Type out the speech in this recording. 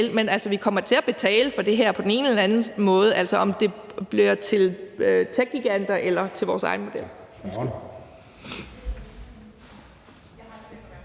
Men altså, vi kommer til at betale for det her på den ene eller den anden måde, hvad enten det bliver til techgiganter eller til vores egen model.